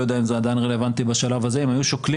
לא יודע אם זה עדיין רלוונטי בשלב הזה אם היו שוקלים